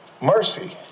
mercy